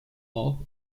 auch